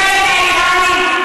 נגד האיראנים,